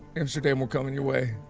amsterdam will coming your way.